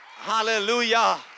Hallelujah